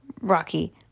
Rocky